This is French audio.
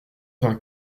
vingt